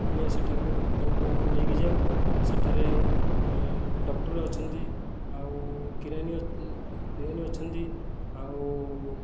ଆମେ ସେଠାକୁ ନେଇକି ଯାଉ ସେଠାରେ ଡକ୍ଟର୍ ଅଛନ୍ତି ଆଉ କିରାନି କିରାନି ଅଛନ୍ତି ଆଉ